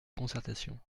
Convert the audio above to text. concertation